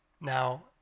Now